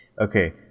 okay